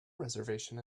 reservation